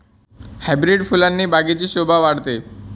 hybrid फुलाने बागेची शोभा वाढते